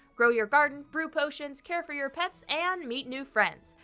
grow your garden, brew potions, care for your pets, and meet new friends.